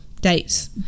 dates